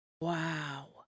Wow